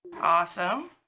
Awesome